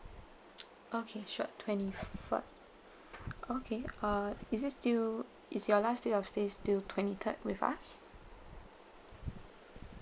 okay sure twenty first okay uh is it still is your last day of stay is still twenty third with us